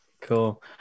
Cool